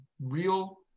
real